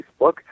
Facebook